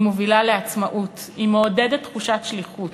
היא מובילה לעצמאות, היא מעודדת תחושת שליחות,